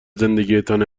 زندگیتان